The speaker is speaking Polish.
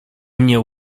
mnie